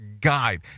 guide